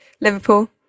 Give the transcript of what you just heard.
Liverpool